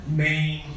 main